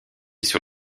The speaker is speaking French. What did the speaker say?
sur